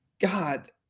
God